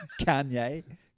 Kanye